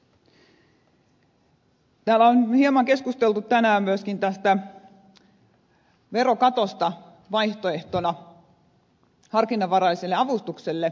täällä on hieman keskusteltu tänään myöskin verokatosta vaihtoehtona harkinnanvaraiselle avustukselle